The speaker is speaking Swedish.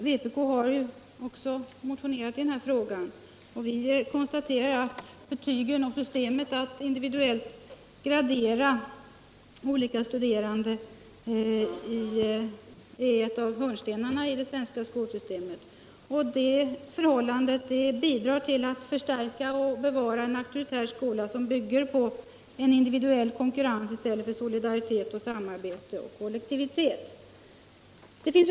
Vpk har också motionerat i denna fråga och konstaterar i motionen att systemet med en individuell gradering av olika studerande är en av hörnstenarna i det svenska skolsystemet och att det förhållandet bidrar till att förstärka och bevara en auktoritär skola, som bygger på individuell konkurrens i stället för på solidaritet, samarbete och kollektivitet.